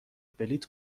بلیط